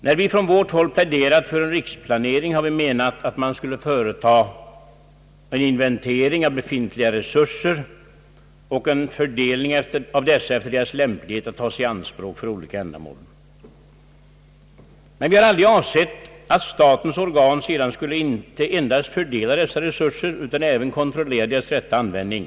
Då vi från vårt håll pläderat för en riksplanering har vi menat att man skulle företa en inventering av befintliga resurser och en fördelning av dessa efter deras lämplighet att tas i anspråk för olika ändamål. Men vi har aldrig avsett att statens organ sedan skulle inte endast fördela dessa resurser utan även kontrollera deras rätta användning.